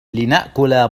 لنأكل